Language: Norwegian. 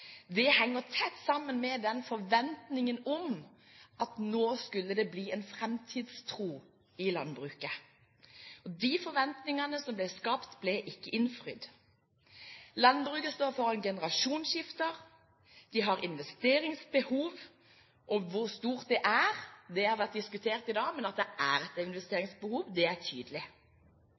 håpet, henger tett sammen med den forventningen om at nå skulle det bli en framtidstro i landbruket. De forventningene som ble skapt, ble ikke innfridd. Landbruket står foran generasjonsskifter. De har investeringsbehov. Hvor stort det er, har vært diskutert i dag, men at det er et investeringsbehov, er tydelig.